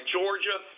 Georgia